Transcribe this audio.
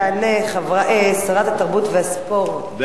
וכעת תבוא ותענה שרת התרבות והספורט,